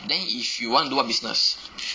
then if you want to do what business